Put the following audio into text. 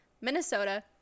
Minnesota